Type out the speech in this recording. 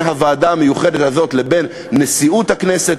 הוועדה המיוחדת הזאת לבין נשיאות הכנסת,